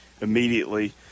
Immediately